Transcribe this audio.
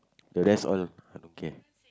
the rest all I don't care